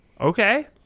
Okay